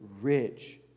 rich